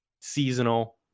Seasonal